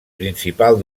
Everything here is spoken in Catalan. principal